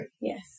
Yes